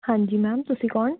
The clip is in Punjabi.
ਹਾਂਜੀ ਮੈਮ ਤੁਸੀਂ ਕੌਣ